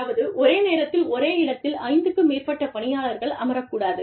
அதாவது ஒரே நேரத்தில் ஒரே இடத்தில் 5 க்கு மேற்பட்ட பணியாளர்கள் அமரக் கூடாது